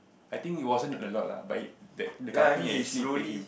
I think it wasn't a lot lah but it that the company actually paid him